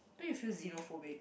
don't you feel xenophobic